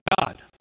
God